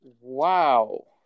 Wow